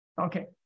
Okay